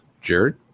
Jared